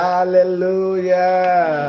Hallelujah